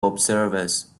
observers